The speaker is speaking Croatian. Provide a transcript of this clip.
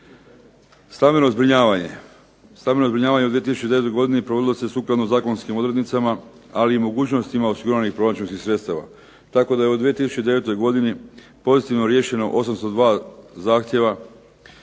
Stambeno zbrinjavanje u 2009. godini provodilo se sukladno zakonskim odrednicama ali i mogućnostima osiguranih proračunskih sredstava, tako da je u 2009. godini pozitivno riješeno 802 zahtjeva,